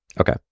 Okay